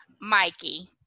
Mikey